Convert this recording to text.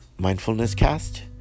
mindfulnesscast